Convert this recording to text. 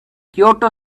kyoto